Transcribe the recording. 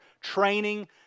training